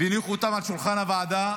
והניחו אותן על שולחן הוועדה,